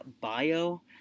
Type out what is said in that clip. bio